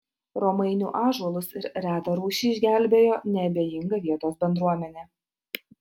romainių ąžuolus ir retą rūšį išgelbėjo neabejinga vietos bendruomenė